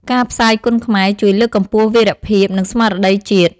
ការផ្សាយគុនខ្មែរជួយ លើកកម្ពស់ វីរភាព និងស្មារតីជាតិ។